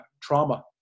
trauma